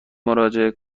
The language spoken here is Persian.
مراجعه